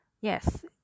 Yes